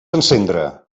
encendre